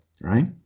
right